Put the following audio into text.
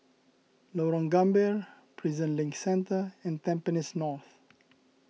Lorong Gambir Prison Link Centre and Tampines North